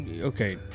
okay